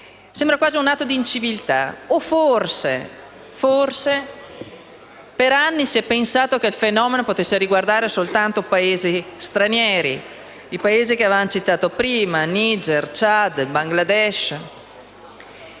Sembra quasi un atto di inciviltà o, forse, per anni si è pensato che il fenomeno potesse interessare soltanto Paesi stranieri, che abbiamo citato prima: Niger, Ciad, Bangladesh.